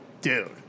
dude